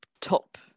top